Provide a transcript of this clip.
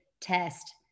test